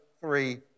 three